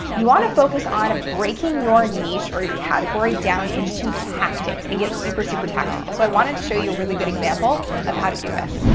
you want to focus on breaking your niche or your category down into tactics and get super, super tactical. so i wanted to show you a really good example of how to do this.